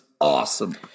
awesome